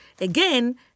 Again